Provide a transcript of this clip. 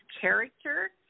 character